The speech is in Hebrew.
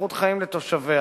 ואיכות חיים לתושביה.